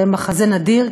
זה מחזה נדיר,